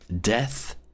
Death